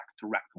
directly